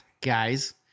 guys